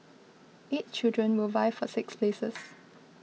eight children will vie for six places